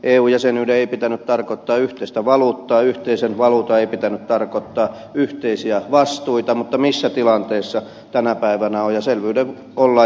eu jäsenyyden ei pitänyt tarkoittaa yhteistä valuuttaa yhteisen valuutan ei pitänyt tarkoittaa yhteisiä vastuita mutta missä tilanteessa tänä päivänä ollaan